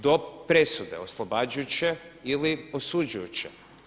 Do presude oslobađajuće ili osuđujuće.